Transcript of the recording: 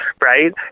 Right